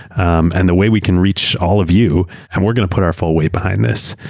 um and the way we can reach all of you and we're going to put our full weight behind this.